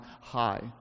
high